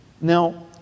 Now